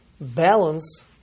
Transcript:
balance